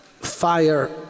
fire